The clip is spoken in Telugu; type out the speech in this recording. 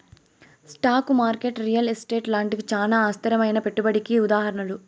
స్టాకు మార్కెట్ రియల్ ఎస్టేటు లాంటివి చానా అస్థిరమైనా పెట్టుబడికి ఉదాహరణలు